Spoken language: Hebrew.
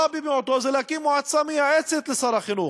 הרע במיעוטו זה להקים מועצה מייעצת לשר החינוך.